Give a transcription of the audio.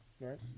Right